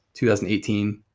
2018